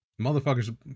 motherfuckers